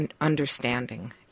understanding